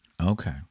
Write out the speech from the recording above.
Okay